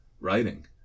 writing